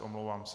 Omlouvám se.